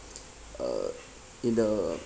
uh in the